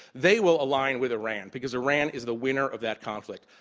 they will align with iran, because iran is the winner of that conflict.